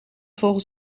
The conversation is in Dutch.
volgens